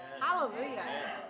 Hallelujah